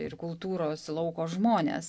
ir kultūros lauko žmonės